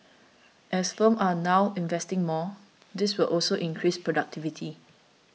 as firms are now investing more this will also increase productivity